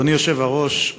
אדוני היושב-ראש,